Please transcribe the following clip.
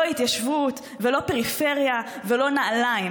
לא התיישבות ולא פריפריה ולא נעליים.